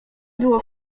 można